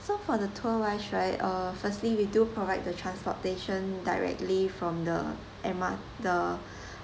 so for the tour wise right uh firstly we do provide the transportation directly from the air ma~ the